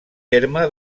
terme